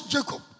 Jacob